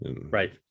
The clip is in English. Right